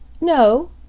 No